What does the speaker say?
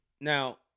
Now